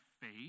faith